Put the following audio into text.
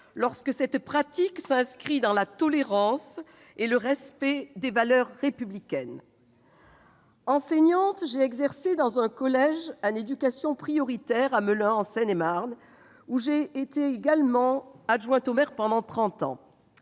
lorsque cette pratique s'inscrit dans la tolérance et le respect des valeurs républicaines. Enseignante, j'ai exercé dans un collège en zone d'éducation prioritaire à Melun, en Seine-et-Marne, où j'ai également été adjointe au maire pendant trente